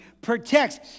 protects